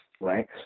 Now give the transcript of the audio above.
right